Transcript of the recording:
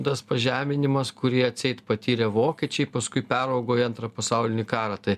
tas pažeminimas kurį atseit patyrė vokiečiai paskui peraugo į antrą pasaulinį karą tai